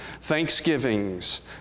Thanksgivings